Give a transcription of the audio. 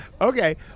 Okay